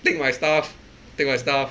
take my stuff take my stuff